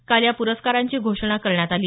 काल या पुरस्कारांची घोषणा करण्यात आली